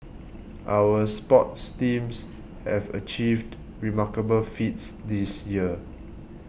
our sports teams have achieved remarkable feats this year